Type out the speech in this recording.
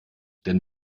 denn